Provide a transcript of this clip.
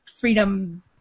freedom